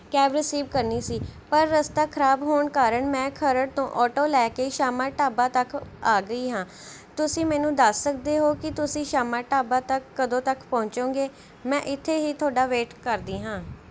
cab receive ਕਰਨੀ ਸੀ ਪਰ ਰਸਤਾ ਖਰਾਬ ਹੋਣ ਕਾਰਨ ਮੈਂ ਖਰੜ ਤੋਂ ਔਟੋ ਲੈ ਕੇ ਸ਼ਾਮਾ ਢਾਬਾ ਤੱਕ ਆ ਗਈ ਹਾਂ ਤੁਸੀਂ ਮੈਨੂੰ ਦੱਸ ਸਕਦੇ ਹੋ ਕਿ ਤੁਸੀਂ ਸ਼ਾਮਾ ਢਾਬਾ ਤੱਕ ਕਦੋਂ ਤੱਕ ਪਹੁੰਚੋਗੇ ਮੈਂ ਇੱਥੇ ਹੀ ਤੁਹਾਡਾ ਵੇਟ ਕਰਦੀ ਹਾਂ